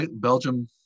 Belgium